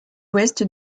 ouest